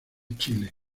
chile